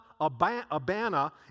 Abana